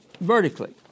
vertically